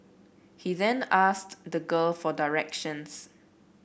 he then asked the girl for directions